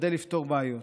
משתדל לפתור בעיות.